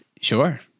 Sure